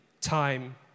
time